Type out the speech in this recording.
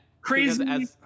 crazy